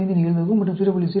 05 நிகழ்தகவு மற்றும் 0